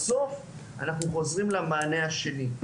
בסוף אנחנו חוזרים למענה השני.